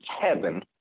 heaven